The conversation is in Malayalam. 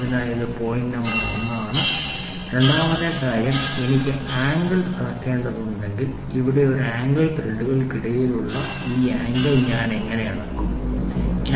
അതിനാൽ ഇത് പോയിന്റ് നമ്പർ 1 ആണ് രണ്ടാമത്തെ കാര്യം എനിക്ക് ആംഗിൾ അളക്കേണ്ടതുണ്ടെങ്കിൽ ഇവിടെ ഒരു ആംഗിൾ ത്രെഡുകൾക്കിടയിലുള്ള ഈ ആംഗിൾ ഞാൻ എങ്ങനെ അളക്കും